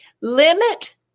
limit